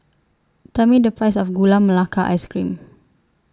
Tell Me The Price of Gula Melaka Ice Cream